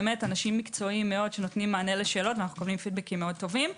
אנשים מקצועיים שנותנים מענה לשאלות ואנחנו מקבלים פידבקים מאוד טובים.